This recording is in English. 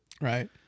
Right